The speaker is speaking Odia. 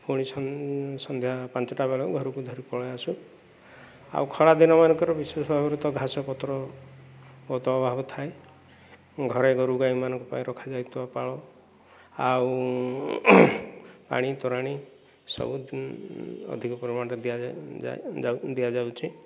ପୁଣି ସନ୍ଧ୍ୟା ପାଞ୍ଚଟା ବେଳେ ଘରକୁ ଧରି ପଳାଇଆସୁ ଆଉ ଖରା ଦିନମାନଙ୍କରେ ବିଶେଷ ଭାବରେ ତ ଘାସ ପତ୍ର ବହୁତ ଅଭାବ ଥାଏ ଘରେ ଗୋରୁଗାଈମାନଙ୍କ ପାଇ ରଖା ଯାଇଥିବା ପାଳ ଆଉ ପାଣି ତୋରାଣି ସବୁ ଅଧିକ ପରିମାଣରେ ଦିଆଯାଏ ଦିଆଯାଉଛି